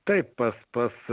taip pa pas